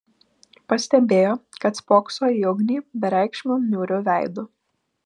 pastebėjo kad spokso į ugnį bereikšmiu niūriu veidu